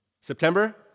September